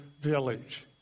village